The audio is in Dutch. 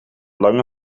lange